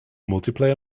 multiplayer